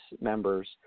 members